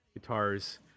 guitars